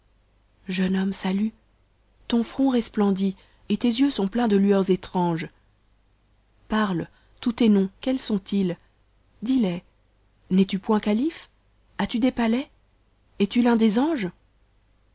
jeune homme salut ton front resplendit et tes yeux sont plelus de lueurs étranges parie tous tes noms quets sont-ils dis les n'es-tu point khalife as-tu des palais es-tu l'un des anges